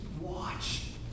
watch